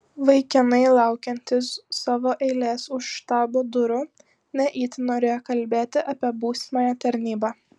vaikinai laukiantys savo eilės už štabo durų ne itin norėjo kalbėti apie būsimąją tarnybą